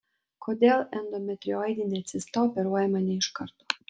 kodėl endometrioidinė cista operuojama ne iš karto